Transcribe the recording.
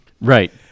right